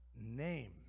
name